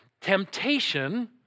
Temptation